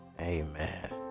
Amen